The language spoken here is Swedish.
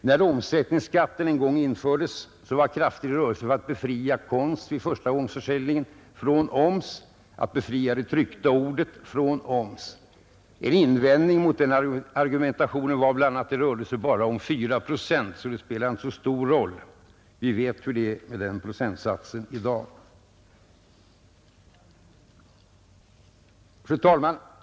När omsättningsskatten en gång infördes var krafter i rörelse för att befria konst vid förstagångsförsäljningen från omsättningsskatt och likaledes befria det tryckta ordet från samma skatt. En invändning mot de tankegångarna var att det rörde sig bara om 4 procent, så det spelade inte så stor roll. Vi vet hur det är med den procentsatsen i dag. Fru talman!